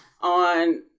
On